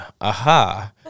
aha